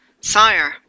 Sire